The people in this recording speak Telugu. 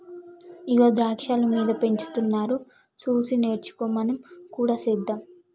ఇగో ద్రాక్షాలు మీద పెంచుతున్నారు సూసి నేర్చుకో మనం కూడా సెద్దాం